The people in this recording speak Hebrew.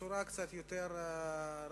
בצורה קצת יותר רחבה,